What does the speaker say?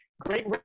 Great